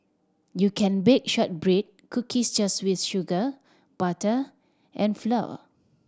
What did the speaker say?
you can bake shortbread cookies just with sugar butter and flour